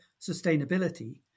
sustainability